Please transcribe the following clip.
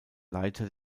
leiter